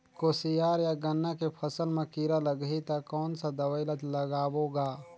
कोशियार या गन्ना के फसल मा कीरा लगही ता कौन सा दवाई ला लगाबो गा?